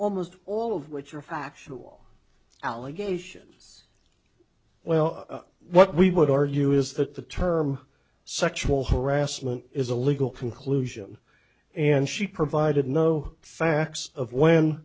almost all of which are factual allegations well what we would argue is that the term sexual harassment is a legal conclusion and she provided no facts of w